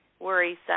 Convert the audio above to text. worrisome